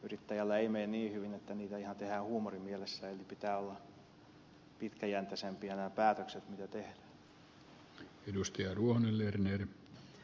yrittäjällä ei mene niin hyvin että niitä ihan tehdään huumorimielessä eli pitää olla pitkäjänteisempiä nämä päätökset mitä tehdään